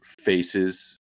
faces